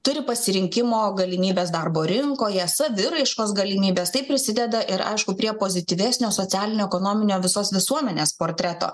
turi pasirinkimo galimybes darbo rinkoje saviraiškos galimybes taip prisideda ir aišku prie pozityvesnio socialinio ekonominio visos visuomenės portreto